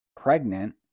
pregnant